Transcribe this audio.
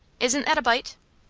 isn't that a bite?